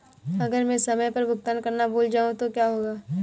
अगर मैं समय पर भुगतान करना भूल जाऊं तो क्या होगा?